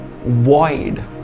void